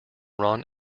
ron